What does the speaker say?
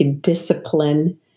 discipline